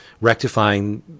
rectifying